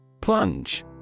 Plunge